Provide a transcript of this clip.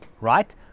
right